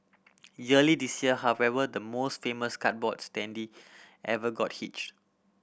earlier this year however the most famous cardboard standee ever got hitched